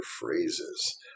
phrases